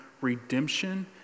redemption